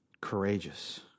courageous